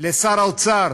לשר האוצר